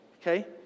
Okay